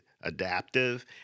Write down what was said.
adaptive